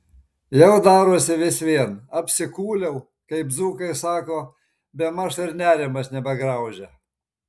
jau darosi vis vien apsikūliau kaip dzūkai sako bemaž ir nerimas nebegraužia